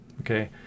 Okay